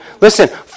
listen